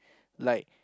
like